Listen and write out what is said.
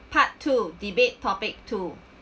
part two debate topic two